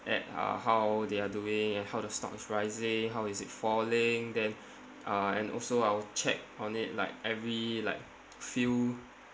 at uh how they are doing and how the stock is rising how is it falling then uh and also I will check on it like every like few